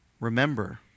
Remember